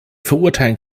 verurteilen